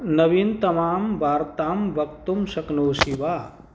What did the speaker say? नवीनतमां वार्तां वक्तुं शक्नोषि वा